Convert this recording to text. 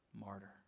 martyr